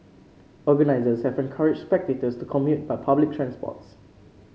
organisers have encouraged spectators to commute by public transports